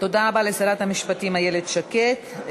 תודה רבה לשרת המשפטים איילת שקד.